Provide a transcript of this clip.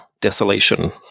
desolation